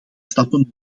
stappen